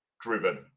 driven